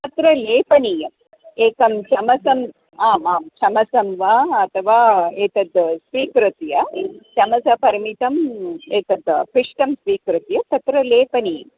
तत्र लेपनीयम् एकं चमसम् आम् आं चमसं वा अथवा एतद् स्वीकृत्य चमसपरिमितम् एतद् पिष्टं स्वीकृत्य तत्र लेपनीयम्